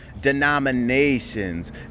denominations